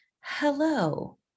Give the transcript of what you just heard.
hello